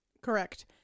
Correct